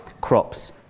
crops